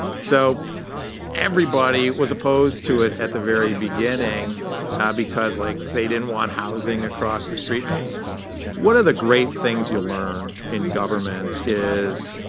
so everybody was opposed to it at the very beginning because like they didn't want housing across the street. i mean one of the great things you learn in government is